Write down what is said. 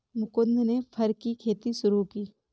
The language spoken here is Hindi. मुकुन्द ने फर की खेती शुरू की